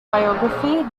biography